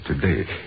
today